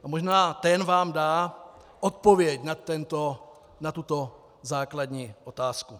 Možná ten vám dá odpověď na tuto základní otázku.